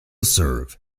serve